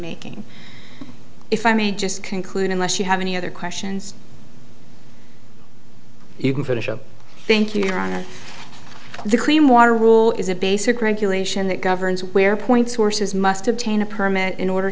making if i may just conclude unless you have any other questions you can finish up thank you donna the clean water rule is a basic regulation that governs where point sources must obtain a permit in order